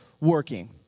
working